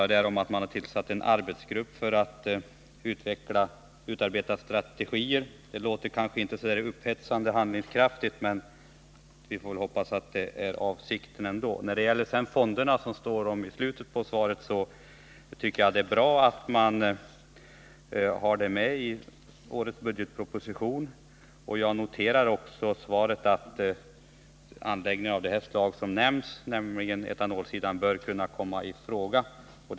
Det talas om att man har tillsatt en arbetsgrupp för att utarbeta strategier. Det låter kanske inte så upphetsande handlingskraftigt, men vi får väl hoppas att det ändå är avsikten. När det gäller fonderna som omnämns i slutet av svaret tycker jag det är bra att de finns med i årets budgetproposition. Jag noterar också att statsrådet säger att anläggningar för produktion av etanol bör kunna komma i fråga för finansiering ur denna fond.